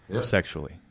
sexually